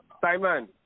Simon